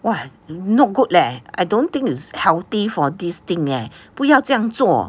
!wah! not good leh I don't think it's healthy for this thing leh 不要这样做